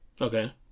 Okay